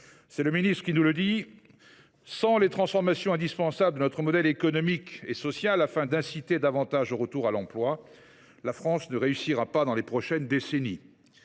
C’est le ministre qui nous le dit :« Sans les transformations indispensables de notre modèle économique et social afin d’inciter davantage au retour à l’emploi, la France ne réussira pas dans les prochaines décennies.